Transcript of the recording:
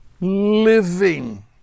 living